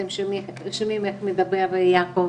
אתם שומעים איך מדבר יעקב